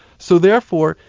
so therefore,